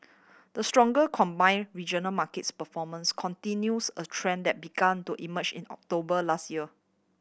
the stronger combined regional markets performance continues a trend that began to emerge in October last year